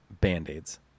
Band-Aids